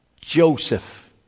Joseph